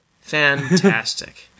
Fantastic